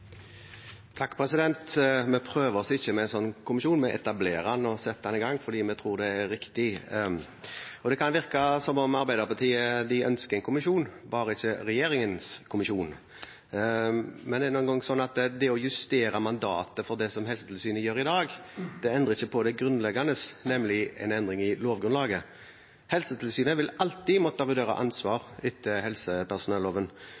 Vi «prøver oss» ikke med en slik kommisjon – vi etablerer den og setter den i gang, for vi tror det er riktig. Det kan virke som om Arbeiderpartiet ønsker en kommisjon, bare ikke regjeringens kommisjon. Men det å justere mandatet for det som Helsetilsynet gjør i dag, endrer ikke på det grunnleggende, nemlig lovgrunnlaget. Helsetilsynet vil alltid måtte vurdere ansvar etter helsepersonelloven, og de vil alltid måtte vurdere